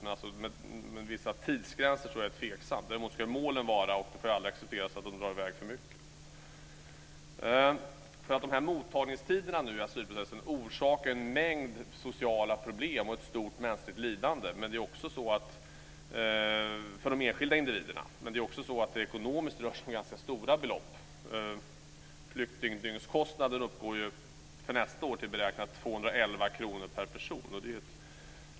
Men att ha vissa tidsgränser tror jag är tveksamt. Däremot ska målet vara att tiden aldrig drar i väg för långt. Det får aldrig accepteras. Mottagningstiderna i asylprocessen orsakar en mängd sociala problem och ett stort mänskligt lidande för de enskilda individerna. Men det rör sig också ekonomiskt om ganska stora belopp. Flyktingdygnskostnaden beräknas nästa år uppgå till 211 kr per person.